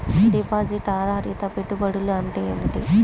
Deposit ఆధారిత పెట్టుబడులు అంటే ఏమిటి?